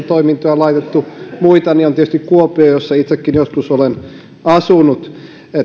toimintoja laitettu on tietysti kuopio jossa itsekin joskus olen asunut